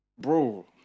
Bro